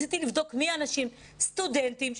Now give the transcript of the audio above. רציתי לבדוק מי האנשים סטודנטים,